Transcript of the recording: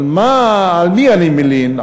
אבל על מי אני מלין?